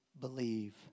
believe